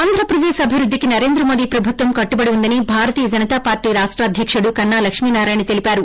ఆంధ్రప్రదేక్ అభివృద్దికి నరేంద్ర మోదీ ప్రభుత్వం కట్టుబడి ఉందని భారతీయ జనతా పార్టీ రాష్ట అధ్యకుడు కన్నా లక్ష్మీనారాయణ తెలిపారు